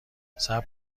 صبر